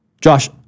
Josh